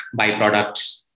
byproducts